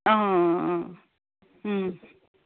অঁ অঁ